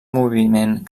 moviment